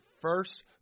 first